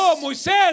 Moisés